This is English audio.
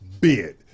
Bid